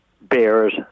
bears